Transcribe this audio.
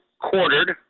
quartered